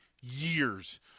years